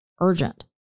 urgent